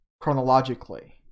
chronologically